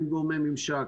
עם גורמי ממשק,